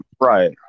Right